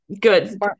Good